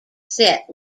set